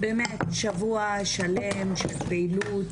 באמת שבוע שלם של פעילות